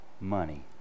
Money